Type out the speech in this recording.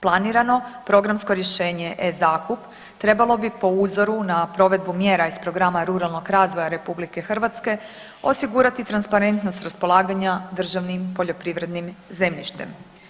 Planirano programsko rješenje e-zakup trebalo po uzoru na provedbu mjera iz programa ruralnog razvoja RH osigurati transparentnost raspolaganja državnim poljoprivrednim zemljištem.